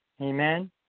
Amen